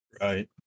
Right